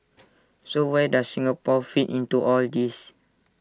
so where does Singapore fit into all this